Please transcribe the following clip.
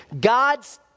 God's